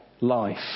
life